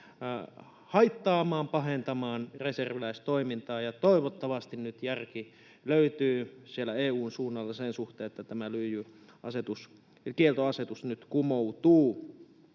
haittaamaan, pahentamaan reserviläistoimintaa, ja toivottavasti nyt järki löytyy siellä EU:n suunnalla sen suhteen, että tämä kieltoasetus nyt kumoutuu.